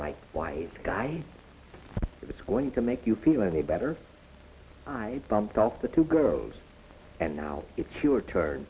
right white guy it's going to make you feel any better i dumped off the two girls and now it's your turn